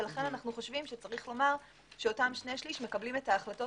לכן אנו חושבים שיש לומר שאותם שני שלישים מקבלים את ההחלטות